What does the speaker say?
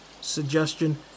suggestion